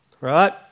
right